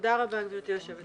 תודה רבה, גברתי היושבת ראש.